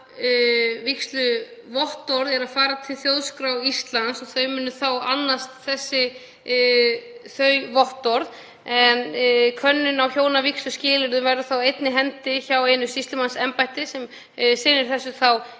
Hjónavígsluvottorð fara til Þjóðskrár Íslands og þau munu þá annast þau vottorð. En könnun á hjónavígsluskilyrðum verður þá á einni hendi hjá einu sýslumannsembætti sem sinnir þessu á